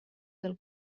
del